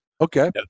Okay